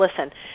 listen